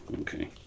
Okay